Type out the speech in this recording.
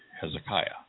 Hezekiah